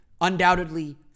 undoubtedly